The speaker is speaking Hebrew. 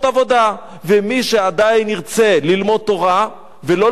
ומי שעדיין ירצה ללמוד תורה ולא לקבל את כל זה,